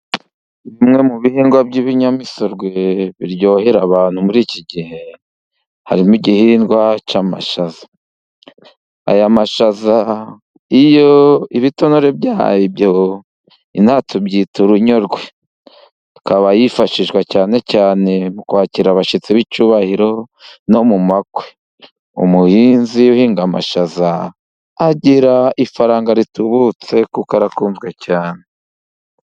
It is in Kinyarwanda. Bimwe mu bihingwa by'ibinyamisogwe biryohera abantu muri iki gihe, harimo igihingwa cy'amashaza. Aya mashaza iyo ibitonore byayo inaha tubyita urunyogwe, akaba yifashishwa cyane cyane mu kwakira abashyitsi b'icyubahiro no mu makwe. Umuhinzi uhinga amashaza agira ifaranga ritubutse, kuko arakunzwe cyane.